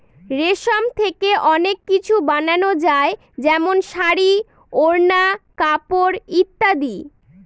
রেশম থেকে অনেক কিছু বানানো যায় যেমন শাড়ী, ওড়না, কাপড় ইত্যাদি